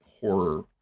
horror